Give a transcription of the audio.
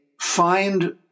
find